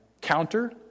counter